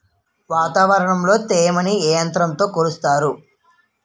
వాతావరణంలో తేమని ఏ యంత్రంతో కొలుస్తారు?